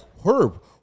Herb